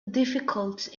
difficulties